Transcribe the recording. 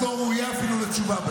את לא ראויה לתשובה.